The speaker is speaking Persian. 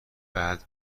بعد